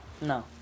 No